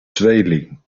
tweeling